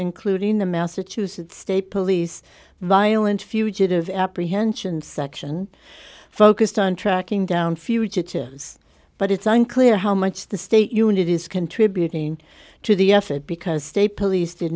including the massachusetts state police violent fugitive apprehension section focused on tracking down fugitives but it's unclear how much the state unit is contributing to the effort because state police did